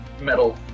metal